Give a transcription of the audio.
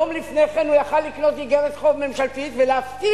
יום לפני כן הוא היה יכול לקנות איגרת חוב ממשלתית ולהבטיח